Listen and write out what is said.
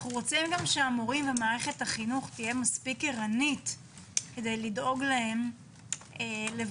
אנו רוצים שהמורים ומערכת החינוך תהיה מספיק ערנית לדאוג להם לוודא